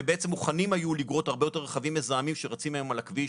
ובעצם מוכנים היו לגרוט הרבה יותר רכבים מזהמים שרצים היום על הכביש,